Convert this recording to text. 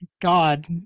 God